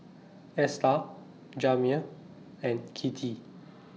Esta Jamir and Kittie